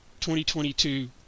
2022